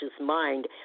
mind